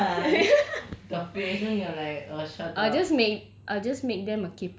then another [one] hi the patient will like uh shut up